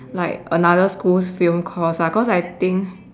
like another school's film course lah cause I think